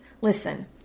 Listen